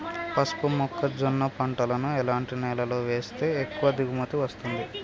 పసుపు మొక్క జొన్న పంటలను ఎలాంటి నేలలో వేస్తే ఎక్కువ దిగుమతి వస్తుంది?